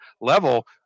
level